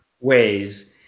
ways